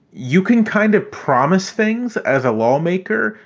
you can kind of promise things as a lawmaker,